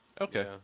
Okay